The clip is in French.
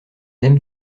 aiment